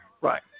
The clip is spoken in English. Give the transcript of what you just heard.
Right